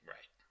Right